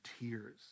tears